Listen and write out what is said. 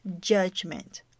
judgment